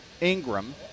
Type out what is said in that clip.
Ingram